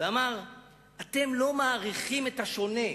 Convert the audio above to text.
אתם לא מעריכים את השונה.